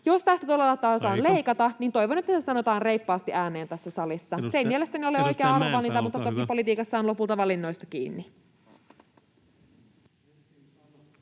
Jos tästä todella aiotaan leikata, [Puhemies: Aika!] toivon, että se sanotaan reippaasti ääneen tässä salissa. Se ei mielestäni ole oikea arvovalinta, mutta toki politiikka on lopulta valinnoista kiinni.